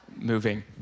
moving